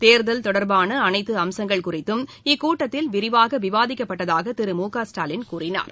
தேர்தல் தொடர்பான அனைத்து அம்சங்கள் குறித்தும் இக்கூட்டத்தில் விரிவாக விவாதிக்கப்பட்டதாக திரு மு க ஸ்டாலின் கூறினார்